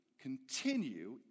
continue